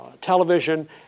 television